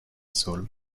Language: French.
soul